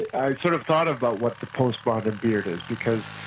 i sort of thought about what the post-modern beard is, because,